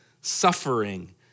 suffering